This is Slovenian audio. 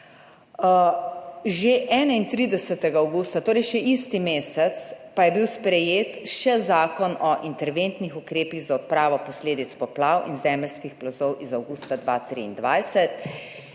Že 31. avgusta, torej še isti mesec, pa je bil sprejet še Zakon o interventnih ukrepih za odpravo posledic poplav in zemeljskih plazov iz avgusta 2023,